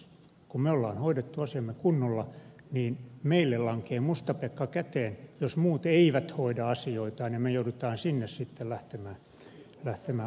kun me olemme hoitaneet asiamme kunnolla niin meille lankeaa mustapekka käteen jos muut eivät hoida asioitaan ja me joudumme sinne sitten lähtemään apuun